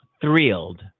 thrilled